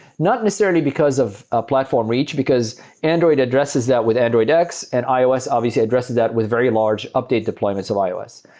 not necessarily because of a platform reach, because android addresses that with android x, and ios obviously addressed that with very large update deployments of ios.